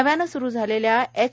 नव्याने स्रु झालेल्या एच